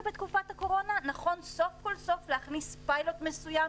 בתקופת הקורונה נכון סוף כל סוף להכניס פיילוט מסוים,